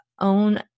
Own